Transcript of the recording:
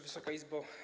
Wysoka Izbo!